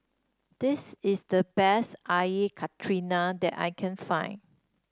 this is the best Air Karthira that I can find